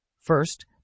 first